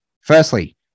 Firstly